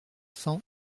cents